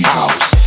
house